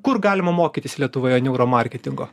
kur galima mokytis lietuvoje neuro marketingo